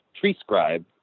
prescribe